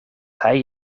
hij